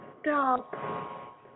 stop